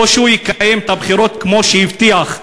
או שהוא יקיים את הבחירות כמו שהבטיח,